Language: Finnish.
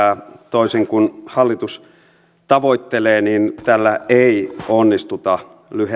toisin kuin hallitus tavoittelee tällä ei onnistuta